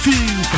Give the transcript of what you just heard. feel